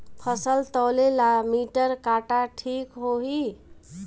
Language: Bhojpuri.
फसल तौले ला मिटर काटा ठिक होही?